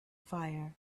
fire